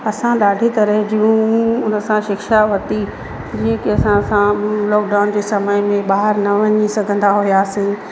असां ॾाढी तरह जूं उन सां शिक्षा वरिती ई असां सां लॉकडाउन जो समय में ॿाहिरि न वञी सघंदा हुयासीं